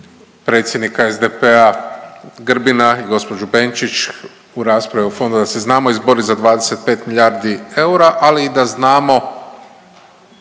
predsjednika SDP-a Grbina i gđu. Benčić u raspravi o fondovima, da se znamo izborit za 25 milijardi eura ali i da znamo